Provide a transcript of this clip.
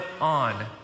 on